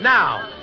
Now